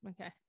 Okay